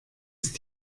ist